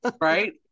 right